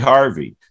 Harvey